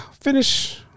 finish